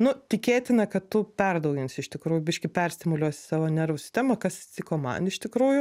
nu tikėtina kad tu perdauginsi iš tikrųjų biškį perstimuliuosi savo nervų sistemą kas atsitiko man iš tikrųjų